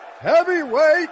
heavyweight